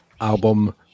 album